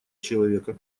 человека